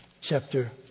chapter